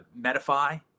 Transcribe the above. Medify